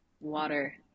water